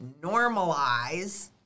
normalize